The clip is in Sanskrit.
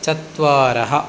चत्वारः